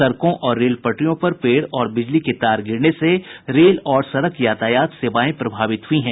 सड़कों और रेल पटरियों पर पेड़ और बिजली के तार गिरने से रेल और सड़क यातायात सेवायें प्रभावित हुई हैं